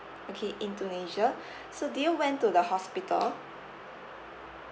okay indonesia so do you went to the hospital